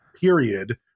period